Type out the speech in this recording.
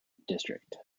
district